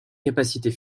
capacités